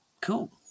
Cool